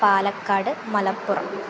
Palakkad Malappuram